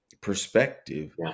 perspective